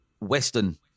western